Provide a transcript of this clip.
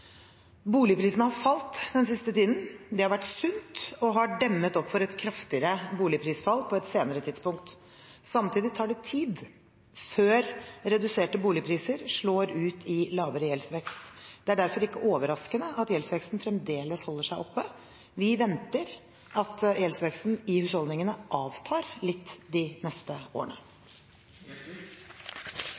Boligprisene har falt den siste tiden. Det har vært sunt og har demmet opp for et kraftigere boligprisfall på et senere tidspunkt. Samtidig tar det tid før reduserte boligpriser slår ut i lavere gjeldsvekst. Det er derfor ikke overraskende at gjeldsveksten fremdeles holder seg oppe. Vi venter at gjeldsveksten i husholdningene avtar litt de neste årene.